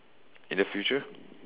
in the future